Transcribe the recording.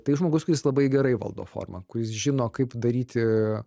tai žmogus kuris labai gerai valdo formą kuris žino kaip daryti